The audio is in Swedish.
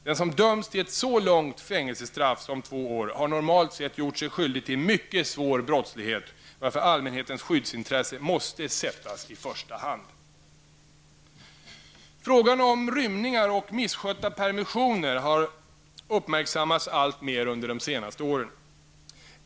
Den som dömts till så långt fängelsestraff som två år har normalt sett gjort sig skyldig till mycket svår brottslighet, varför allmänhetens skyddsintresse måste sättas i första hand. Frågan om rymningar och misskötta permissioner har uppmärksammats alltmer under de senaste åren.